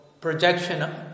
projection